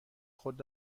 خود